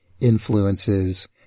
influences